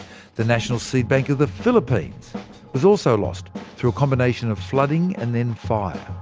the national seed bank of the philippines was also lost through a combination of flooding and then fire.